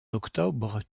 octobre